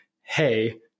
hey